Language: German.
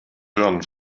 hören